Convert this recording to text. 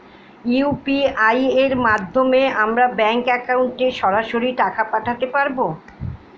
UPI এর মাধ্যমে আমরা ব্যাঙ্ক একাউন্টে সরাসরি টাকা পাঠাতে পারবো?